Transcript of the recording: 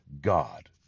God